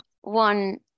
one